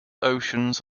oceans